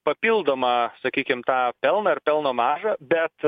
papildomą sakykim tą pelną ir pelno maržą bet